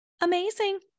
Amazing